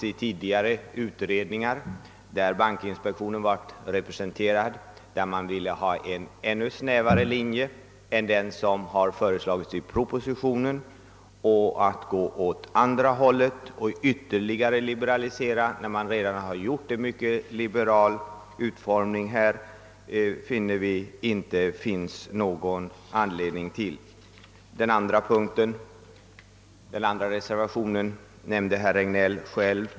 I tidigare utredningar, där bankinspektionen varit representerad, har det emellertid angivits skäl för en ännu snävare linje än den som föreslagits i propositionen. Vi tycker därför inte att det finns någon anledning att gå åt andra hållet och liberalisera i större utsträckning än vad som föreslås i propositionen som fått en mycket liberal utformning. Hur vagt den andra reservationen är utformad nämnde herr Regnéll själv.